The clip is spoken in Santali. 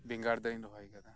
ᱵᱮᱸᱜᱟᱲ ᱫᱟᱨᱮᱧ ᱨᱚᱦᱚᱭ ᱟᱠᱟᱫᱟ